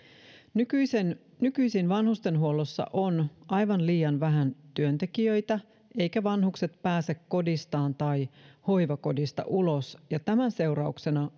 nykyisin vanhustenhuollossa on aivan liian vähän työntekijöitä eivätkä vanhukset pääse kodistaan tai hoivakodista ulos ja tämän seurauksena